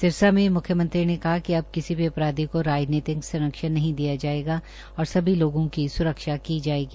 सिरसा में म्ख्यमंत्री ने कहा कि अब किसी भी अपराधी को राजनीतिक संरक्षण नहीं दिया जायेगा और सभी लोगों की स्रक्षा की जायेगी